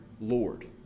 Lord